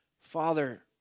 Father